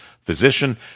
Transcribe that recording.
physician